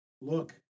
Look